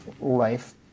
Life